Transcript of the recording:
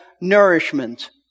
nourishment